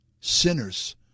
Sinners